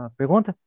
pergunta